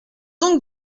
donc